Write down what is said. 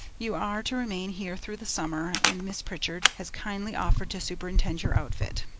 you are to remain here through the summer, and miss pritchard has kindly offered to superintend your outfit.